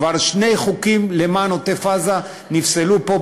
כבר שני חוקים למען עוטף-עזה נפסלו פה,